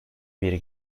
bir